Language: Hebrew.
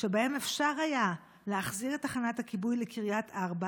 שבהם אפשר היה להחזיר את תחנת הכיבוי לקריית ארבע